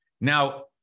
now